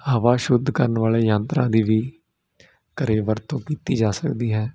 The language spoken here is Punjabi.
ਹਵਾ ਸ਼ੁੱਧ ਕਰਨ ਵਾਲੇ ਯੰਤਰਾ ਦੀ ਵੀ ਘਰ ਵਰਤੋਂ ਕੀਤੀ ਜਾ ਸਕਦੀ ਹੈ